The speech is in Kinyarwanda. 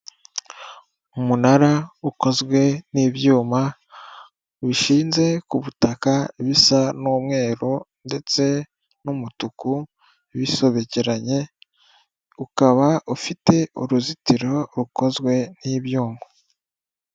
Umunara ukozwe n'ibyuma bishinze Ku butaka, bisa n'umweru ndetse n'umutuku bisobekeranye, ukaba ufite uruzitiro rukozwe n'ibyuma.